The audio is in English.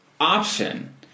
option